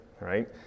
right